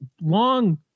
long